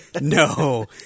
No